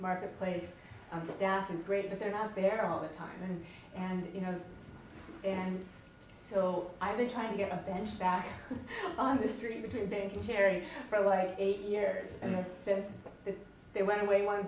marketplace the staff is great but they're out there all the time and you know and so i've been trying to get a bench back on the street between being carried for like eight years and then they went away one